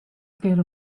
scale